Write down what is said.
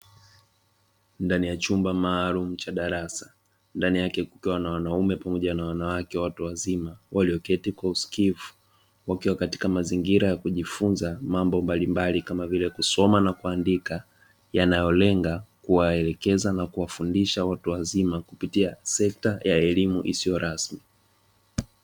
Ndani ya chumba maalumu cha darasa ndani yake kukiwa na wanaume pamoja na wanawake watu wazima walioketi kwa usikivu, wakiwa katika mazingira ya kujifunza mambo mbalimbali kama vile kusoma na kuandika; yanayolenga kuwaelekeza na kuwafundisha watu wazima kupitia sekta ya elimu isiyo rasmi.